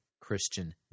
Christian